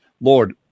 Lord